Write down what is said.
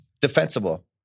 defensible